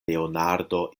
leonardo